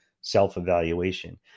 self-evaluation